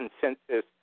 consensus